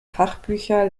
fachbücher